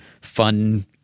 fun